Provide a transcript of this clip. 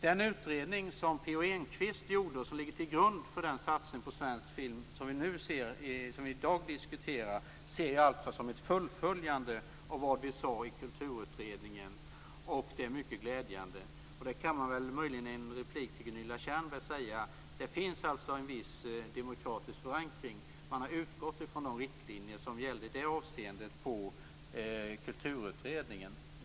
Den utredning som P O Enquist gjorde, och som ligger till grund för den satsning på svensk film som vi i dag diskuterar, ser jag som ett fullföljande av vad vi sade i Kulturutredningen. Det är mycket glädjande. I en replik till Gunilla Tjernberg kan jag säga att det finns en viss demokratisk förankring. Man har utgått från de riktlinjer som i det avseendet gällde i Kulturutredningen.